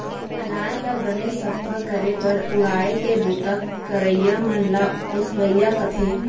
अनाज ल बने सफ्फा करे बर उड़ाय के बूता करइया मन ल ओसवइया कथें